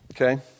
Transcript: okay